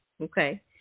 Okay